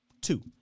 two